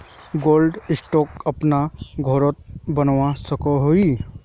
Cold store अपना घोरोत बनवा सकोहो ही?